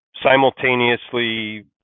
simultaneously